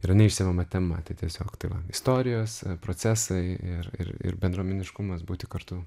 yra neišsemiama tema tai tiesiog tai va istorijos procesai ir ir ir bendruomeniškumas būti kartu